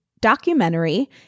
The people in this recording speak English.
documentary